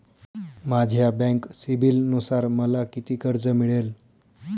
माझ्या बँक सिबिलनुसार मला किती कर्ज मिळेल?